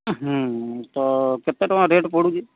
ହ୍ନୁ ତ କେତେ ଟଙ୍କା ରେଟ୍ ପଡ଼ୁଛି